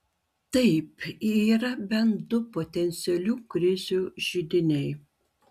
taip yra bent du potencialių krizių židiniai